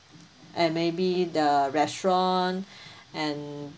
and maybe the restaurant and